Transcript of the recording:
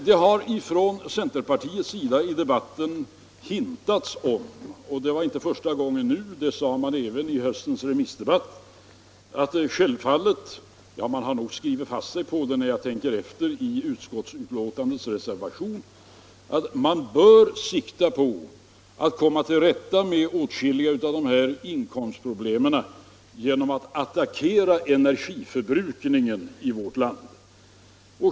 Det har ifrån centerpartiets sida i debatten ”hintats” om — det var inte första gången, det sades även i höstens remissdebatt, och man har nog skrivit fast sig på det i utskottsbetänkandets reservation när jag tänker efter — att man självfallet bör sikta på att komma till rätta med åtskilliga av de här inkomstproblemen genom att attackera energiförbrukningen i vårt land.